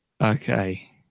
Okay